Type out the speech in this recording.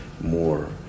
more